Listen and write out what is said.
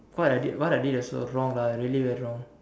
what I did what I did was wrong lah really was wrong